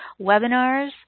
webinars